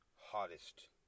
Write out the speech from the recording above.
hottest